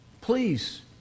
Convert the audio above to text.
please